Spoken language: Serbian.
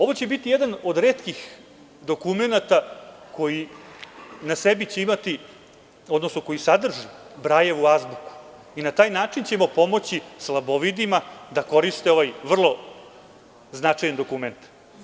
Ovo će biti jedan od retkih dokumenata koji na sebi će imati, odnosno koji sadrži Brajevu azbuku i na taj način ćemo pomoći slabovidima da koriste ovaj vrlo značajan dokument.